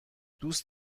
دوست